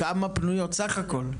כמה פנויות סך הכל?